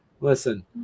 listen